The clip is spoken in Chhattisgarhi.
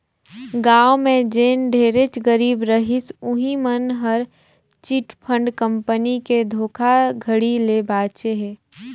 गाँव में जेन ढेरेच गरीब रहिस उहीं मन हर चिटफंड कंपनी के धोखाघड़ी ले बाचे हे